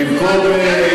תודה רבה,